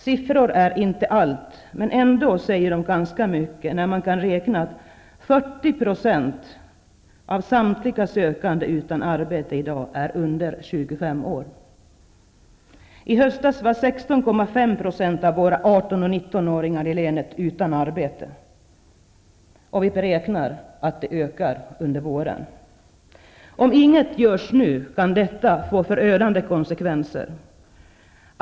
Siffror är inte allt, men de säger ändå ganska mycket när man ser att 40 % av samtliga arbetssökande är under 25 år. I höstas var 16,5 % av 18--19-åringarna i länet utan arbete, och man beräknar att antalet ökar under våren. Om inget görs nu, kan det bli förödande konsekvenser.